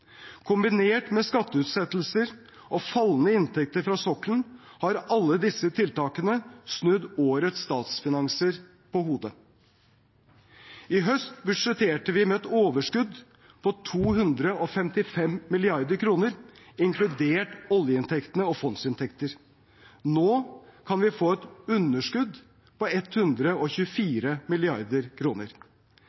Kombinert med skatteutsettelser og fallende inntekter fra sokkelen har alle disse tiltakene snudd årets statsfinanser på hodet. I høst budsjetterte vi med et overskudd på 255 mrd. kr, inkludert oljeinntektene og fondsinntekter. Nå kan vi få et underskudd på